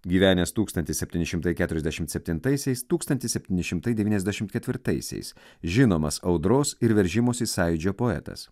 gyvenęs tūkstantis septyni šimtai keturiasdešimt septintaisiais tūkstantis septyni šimtai devyniasdešimt ketvirtaisiais žinomas audros ir veržimosi sąjūdžio poetas